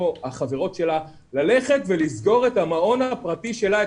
החברות שלה ללכת ולסגור את המעון הפרטי שלה,